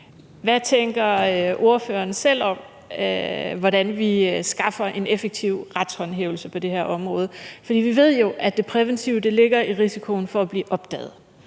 hvad ordføreren selv tænker om, hvordan vi skaffer en effektiv retshåndhævelse på det her område. For vi ved jo, at det præventive ligger i risikoen for at blive opdaget,